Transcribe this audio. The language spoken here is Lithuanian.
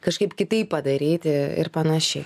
kažkaip kitaip padaryti ir panašiai